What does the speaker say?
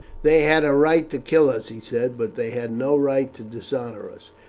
they had a right to kill us, he said, but they had no right to dishonour us.